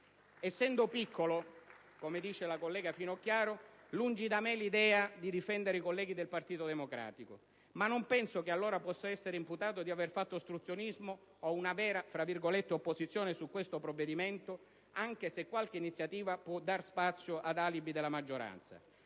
Essendo piccolo, come dice la collega Finocchiaro, lungi da me l'idea di difendere i colleghi del Partito Democratico, ma non penso che a loro possa essere imputato di aver fatto ostruzionismo o una vera "opposizione" su questo provvedimento (anche se qualche iniziativa può dare spazio ad alibi della maggioranza),